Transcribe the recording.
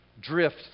drift